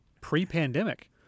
pre-pandemic